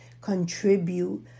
contribute